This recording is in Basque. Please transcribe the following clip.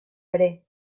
ere